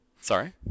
Sorry